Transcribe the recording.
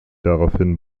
daraufhin